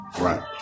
Right